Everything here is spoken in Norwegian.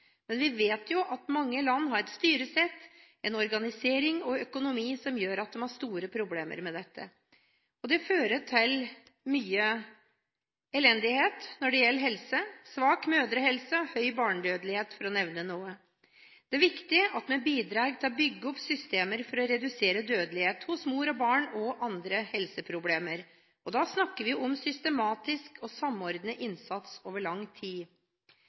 Men vi vet at mange land har et styresett, en organisering og en økonomi som gjør at de har store problemer med dette. Det fører til mye elendighet når det gjelder helse: svak mødrehelse og høy barnedødelighet, for å nevne noe. Det er viktig at vi bidrar til å bygge opp systemer for å redusere dødelighet hos mor og barn, og andre helseproblemer. Da snakker vi om systematisk og samordnet innsats over lang tid.